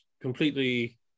completely